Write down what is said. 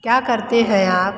क्या करते हैं आप